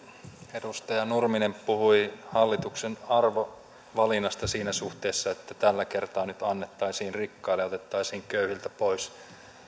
edustaja nurminen puhui hallituksen arvovalinnasta siinä suhteessa että tällä kertaa nyt annettaisiin rikkaille ja otettaisiin köyhiltä pois